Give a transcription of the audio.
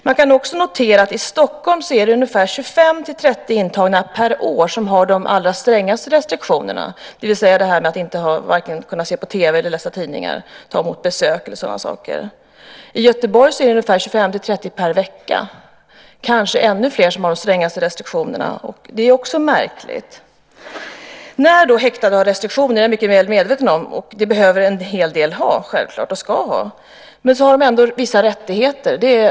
Man kan också notera att det i Stockholm är ungefär 25-30 intagna per år som har de allra strängaste restriktionerna, det vill säga att de inte kan se på TV, läsa tidningar eller ta emot besök. I Göteborg är det ungefär 25-30 per vecka och kanske ännu fler som har de strängaste restriktionerna, vilket också är märkligt. När häktade har restriktioner - och jag är mycket väl medveten om att en hel del självklart behöver och ska ha det - har de ändå vissa rättigheter.